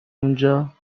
اونجا